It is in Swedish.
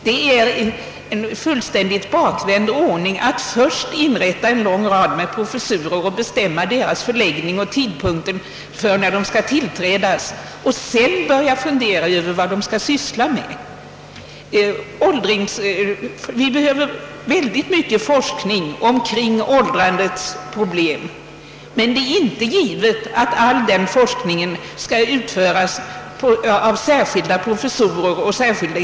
Det är en fullständigt bakvänd ordning att först inrätta en lång rad professurer och bestämma deras förläggning och sedan börja fundera över vad de skall omfatta. Vi behöver mycket forskning omkring. åldrandets problem, men det är inte givet att all den forskningen bör utföras av särskilda professorer och särskilda.